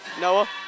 Noah